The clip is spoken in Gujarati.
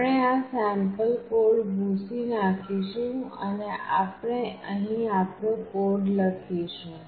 આપણે આ સેમ્પલ કોડ ભૂંસી નાખીશું અને આપણે અહીં આપણો કોડ લખીશું